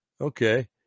okay